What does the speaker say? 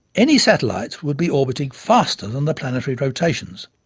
any satellites would be orbiting faster than the planetary rotations.